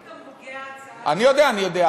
פוגע, אני יודע, אני יודע.